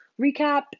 Recap